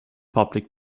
public